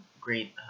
great